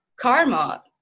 karma